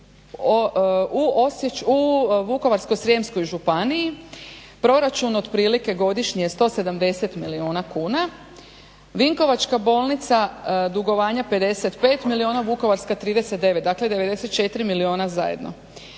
U Vukovarsko-srijemskoj županiji proračun je otprilike godišnje je 170 milijuna kuna, vinkovačka bolnica dugovanja 55 milijuna, vukovarska 39. Dakle, 94 milijuna zajedno.